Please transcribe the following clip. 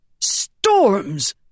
Storms